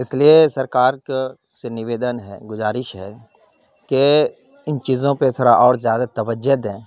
اس لیے سرکار کو سے نویدن ہے گزارش ہے کہ ان چیزوں پہ تھوڑا اور زیادہ توجہ دیں